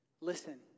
Listen